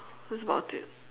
that's about it